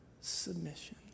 submission